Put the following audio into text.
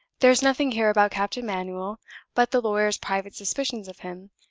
there's nothing here about captain manuel but the lawyer's private suspicions of him,